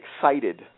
excited